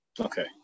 Okay